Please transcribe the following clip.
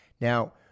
Now